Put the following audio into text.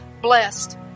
blessed